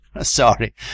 sorry